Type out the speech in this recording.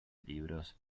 libros